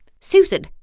Susan